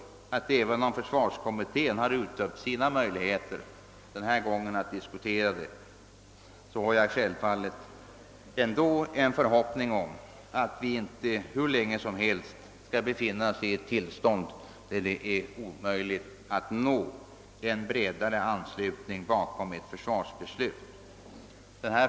även om försvarskommittén uttömt sina möjligheter att diskutera saken denna gång, så hyser jag ändå — det gjorde också herr Ståhl — en förhoppning om att vi inte hur länge som helst skall befinna oss i ett tillstånd då det är omöjligt att uppnå en bredare anslutning bakom ett försvarsbeslut.